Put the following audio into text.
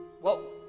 Whoa